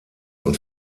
und